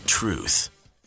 Truth